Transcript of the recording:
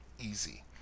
easy